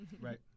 right